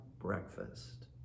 breakfast